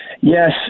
Yes